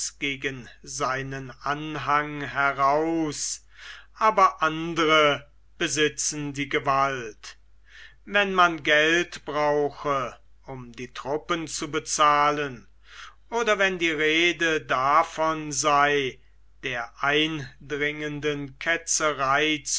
gegen seinen anhang heraus aber andre besitzen die gewalt wenn man geld brauche um die truppen zu bezahlen oder wenn die rede davon sei der eindringenden ketzerei